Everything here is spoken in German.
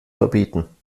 verbieten